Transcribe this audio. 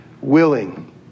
willing